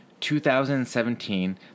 2017